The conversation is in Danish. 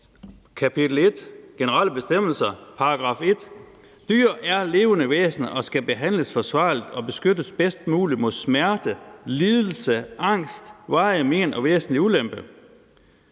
kapitel 1, generelle bestemmelser, § 1: »Dyr er levende væsener og skal behandles forsvarligt og beskyttes bedst muligt mod smerte, lidelse, angst, varigt men og væsentlig ulempe.«